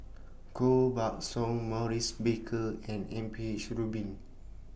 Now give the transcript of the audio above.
Koh Buck Song Maurice Baker and M P H Rubin